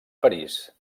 parís